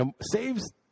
Saves